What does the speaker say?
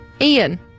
Ian